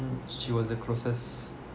mm she was the closest